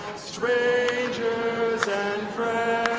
strangers and friends